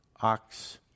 ox